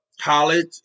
College